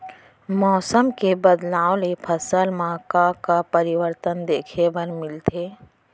मौसम के बदलाव ले फसल मा का का परिवर्तन देखे बर मिलथे?